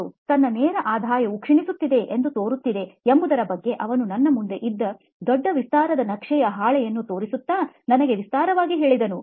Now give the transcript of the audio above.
ಮತ್ತು ತನ್ನ ನೇರ ಆದಾಯವು ಕ್ಷೀಣಿಸುತ್ತಿದೆ ಎಂದು ತೋರುತ್ತದೆ ಎಂಬುದರಬಗ್ಗೆ ಅವನು ತನ್ನ ಮುಂದೆ ಇದ್ದ ದೊಡ್ಡ ವಿಸ್ತಾರವಾದ ನಕ್ಷೆಯ ಹಾಳೆಯನ್ನು ತೋರಿಸುತ್ತಾ ನನಗೆ ವಿಸ್ತಾರವಾಗಿ ಹೇಳಿದನು